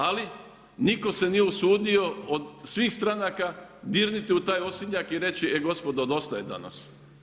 Ali, nitko se nije usudio od svih stranaka dirnuti u taj osinjak i reći, e gospodo dosta je danas.